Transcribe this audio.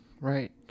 Right